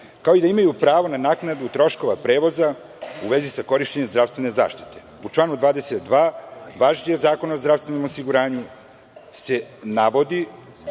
kao i da imaju pravo na naknadu troškova prevoza u vezi sa korišćenjem zdravstvene zaštite.U članu 22. važećeg zakona o zdravstvenom osiguranju se navodi